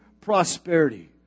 prosperity